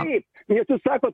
kaip nes jūs sakot